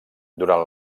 durant